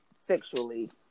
sexually